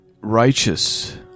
righteous